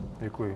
Děkuji.